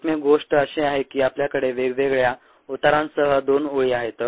एकमेव गोष्ट अशी आहे की आपल्याकडे वेगवेगळ्या उतारांसह 2 ओळी आहेत